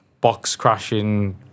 box-crashing